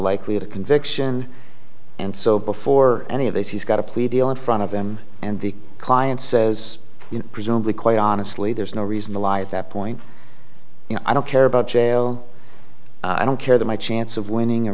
likelihood of conviction and so before any of those he's got a plea deal in front of them and the client says presumably quite honestly there's no reason to lie at that point i don't care about jail i don't care that my chance of winning a